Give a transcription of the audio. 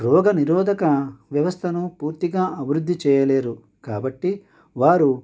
రోగనిరోధక వ్యవస్థను పూర్తిగా అభివృద్ధి చేయలేరు కాబట్టి వారు